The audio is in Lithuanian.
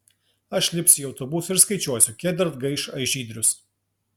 aš lipsiu į autobusą ir skaičiuosiu kiek dar gaiš žydrius